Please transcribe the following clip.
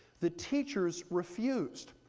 the teachers refused,